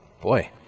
Boy